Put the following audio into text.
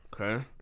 Okay